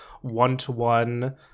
one-to-one